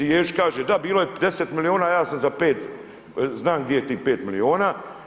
I ... kaže, da bilo 10 milijuna, ja sam za 5, znam gdje je tih 5 milijuna.